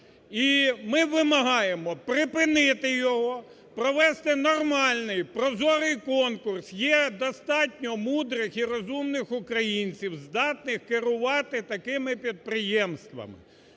і ми вимагаємо припинити його, провести нормальний, прозорий конкурс. Є достатньо мудрих і розумних українців, здатних керувати такими підприємствами.